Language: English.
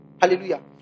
Hallelujah